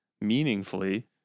meaningfully